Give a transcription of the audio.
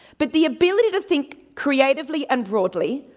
but the ability to think creatively and broadly,